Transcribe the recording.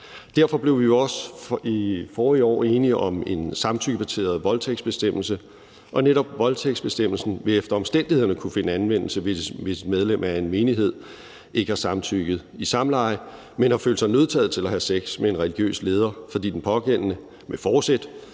Derfor blev vi jo også forrige år enige om en samtykkebaseret voldtægtsbestemmelse, og netop voldtægtsbestemmelsen vil efter omstændighederne kunne finde anvendelse, hvis et medlem af en menighed ikke har samtykket i samleje, men har følt sig nødsaget til at have sex med en religiøs leder, fordi den pågældende med forsæt